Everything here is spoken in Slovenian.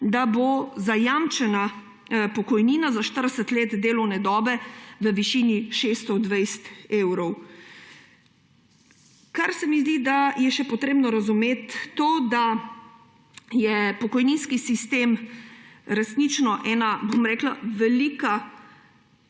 da bo zajamčena pokojnina za 40 let delovne dobe v višini 620 evrov. Kar se mi zdi, da je še treba razumeti, je to, da je pokojninski sistem resnično ena velika